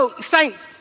saints